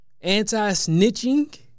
anti-snitching